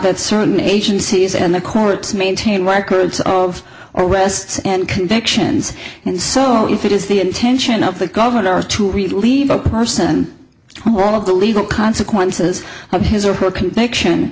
that certain agencies and the courts maintain workers of arrests and convictions and so if it is the intention of the governor to relieve a person all of the legal consequences of his or her conviction